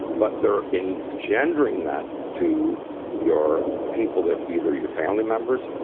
but they're engendering that to your people that either your family members,